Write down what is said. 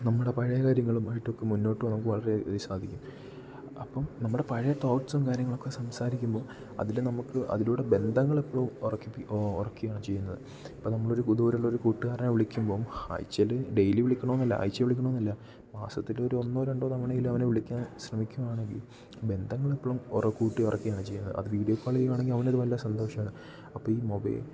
നമ്മുടെ പഴയ കാര്യങ്ങളുമായിട്ടൊക്കെ മുന്നോട്ട് പോവാം നമുക്ക് വളരെ സാധിക്കും അപ്പം നമ്മുടെ പഴയ തോട്ട്സും കാര്യങ്ങളുമൊക്കെ സംസാരിക്കുമ്പോൾ അതിൽ നമുക്ക് അതിലൂടെ ബന്ധങ്ങൾ എപ്പോഴും ഉറക്കുകയാണ് ചെയ്യുന്നത് ഇപ്പം നമ്മൾ ഒരു പുറത്തുള്ള ഒരു കൂട്ടുകാരനെ വിളിക്കുമ്പം ആഴ്ച്ചയിൽ ഡെയ്ലി വിളിക്കണം എന്നല്ല ആഴ്ച്ചയിൽ വിളിക്കണം എന്നല്ല മാസത്തിൽ ഒരു ഒന്നോ രണ്ടോ തവണയേലും അവനെ വിളിക്കാൻ ശ്രമിക്കുവാണെങ്കിൽ ബന്ധങ്ങൾ എപ്പോഴും കൂട്ടി ഉറക്കുകയാണ് ചെയ്യുന്നത് അത് വീഡിയോ കോൾ ചെയ്യുകയാണെങ്കിൽ അവൻ അത് നല്ല സന്തോഷമാണ് അപ്പം ഈ മൊബൈൽ